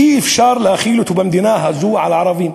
אי-אפשר להחיל אותו במדינה הזו על ערבים?